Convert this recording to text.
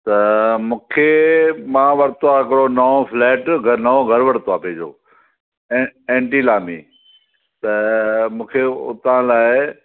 त मूंखे मां वरितो आहे हिकुड़ो नओ फ्लेट नओ घरु वरतो आहे पंहिंजो ऐं ऐंटिला में त मूंखे हुतां लाइ